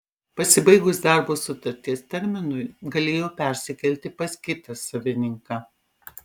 pasibaigus darbo sutarties terminui galėjo persikelti pas kitą savininką